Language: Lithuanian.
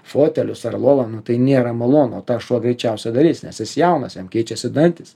fotelius ar lovą nu tai nėra malonu tą šuo greičiausiai darys nes jis jaunas jam keičiasi dantys